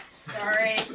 Sorry